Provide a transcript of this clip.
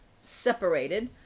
separated